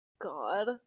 god